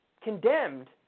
condemned